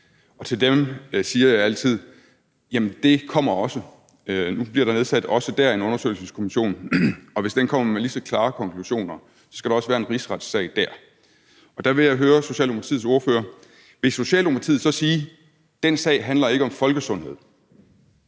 Til dem siger jeg altid: Jamen det kommer også. Nu bliver også der nedsat en undersøgelseskommission, og hvis den kommer med lige så klare konklusioner, skal der også være en rigsretssag dér. Der vil jeg høre Socialdemokratiets ordfører: Vil Socialdemokratiet så sige, at den sag ikke handler om folkesundhed,